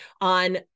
on